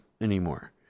anymore